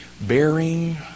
Bearing